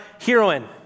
heroine